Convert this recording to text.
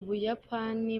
buyapani